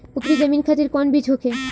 उपरी जमीन खातिर कौन बीज होखे?